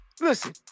Listen